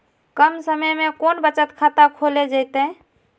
कम समय में कौन बचत खाता खोले जयते?